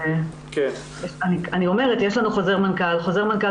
אני אומרת שיש לנו חוזר מנכ"ל וחוזר מנכ"ל